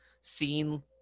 seen